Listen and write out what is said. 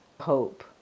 hope